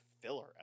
filler